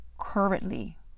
currently